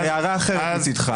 אלא להערה אחרת מצדך.